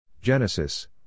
Genesis